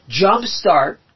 jumpstart